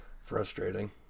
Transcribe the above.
Frustrating